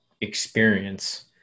experience